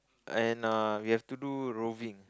and err we have to do roving